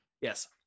Yes